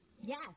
Yes